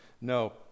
no